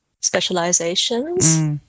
specializations